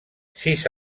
sis